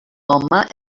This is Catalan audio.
home